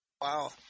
Wow